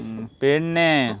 पेडण्या